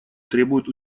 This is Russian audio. требуют